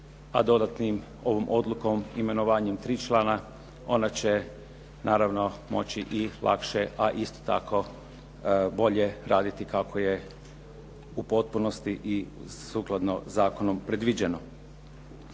a dodatnom ovom odlukom imenovanjem tri člana ona će naravno moći i lakše, a isto tako bolje raditi kako je u potpunosti i sukladno zakonom predviđeno.